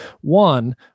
One